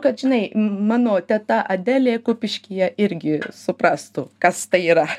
kad žinai mano teta adelė kupiškyje irgi suprastų kas tai yra